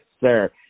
sir